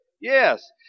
Yes